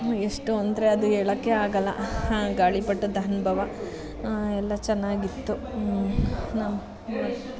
ಎಷ್ಟು ಅಂದರೆ ಅದು ಹೇಳೋಕ್ಕೆ ಆಗೋಲ್ಲ ಗಾಳಿಪಟದ ಅನುಭವ ಎಲ್ಲ ಚೆನ್ನಾಗಿತ್ತು ಮತ್ತು